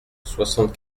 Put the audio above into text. soixante